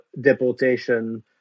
deportation